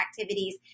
activities